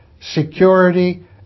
security